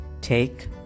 Take